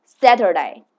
Saturday